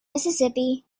mississippi